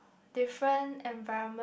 different environment